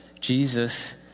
Jesus